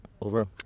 Over